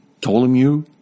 Ptolemy